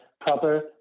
proper